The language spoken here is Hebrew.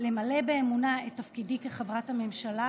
למלא באמונה את תפקידי כחברת הממשלה